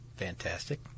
Fantastic